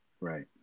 Right